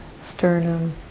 sternum